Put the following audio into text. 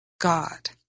God